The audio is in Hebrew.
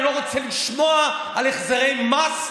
אני לא רוצה לשמוע על החזרי מס.